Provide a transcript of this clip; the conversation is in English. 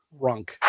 Runk